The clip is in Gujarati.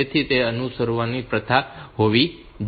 તેથી તેને અનુસરવાની પ્રથા હોવી જોઈએ